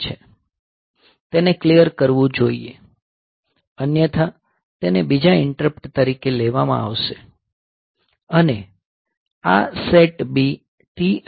તેને ક્લીયર કરવું જોઈએ અન્યથા તેને બીજા ઇન્ટરપ્ટ તરીકે લેવામાં આવશે અને આ SETB TR0